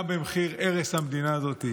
גם במחיר הרס המדינה הזאת.